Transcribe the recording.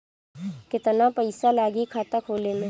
केतना पइसा लागी खाता खोले में?